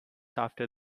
after